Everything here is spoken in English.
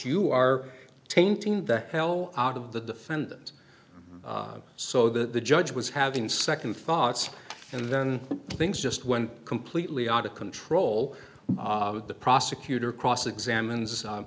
you are tainting the hell out of the defendant so the judge was having second thoughts and then things just went completely out of control the prosecutor cross examine